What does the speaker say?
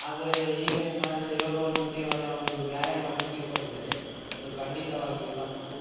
ಆದರೆ ಈಗಿನ ಕಾಲದಲ್ಲಿ ಯೋಗವನ್ನು ಕೇವಲ ಒಂದು ವ್ಯಾಯಾಮ ಅಂತ ತಿಳ್ಕೊಂಡಿದ್ದಾರೆ ಅದು ಖಂಡಿತವಾಗಿಯೂ ತಪ್ಪು